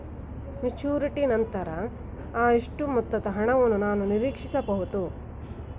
Maturity ಆದನಂತರ ಎಷ್ಟು ಮೊತ್ತದ ಹಣವನ್ನು ನಾನು ನೀರೀಕ್ಷಿಸ ಬಹುದು?